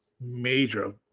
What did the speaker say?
major